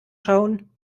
schauen